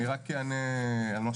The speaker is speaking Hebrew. אני רק אענה על השאלה.